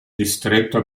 distretto